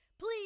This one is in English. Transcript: Please